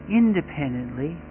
independently